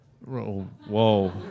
Whoa